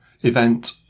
event